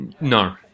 no